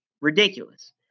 ridiculous